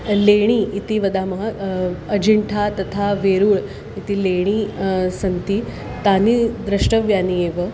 लेणी इति वदामः अजिन्ठा तथा वेरु इति लेणी सन्ति तानि द्रष्टव्यानि एव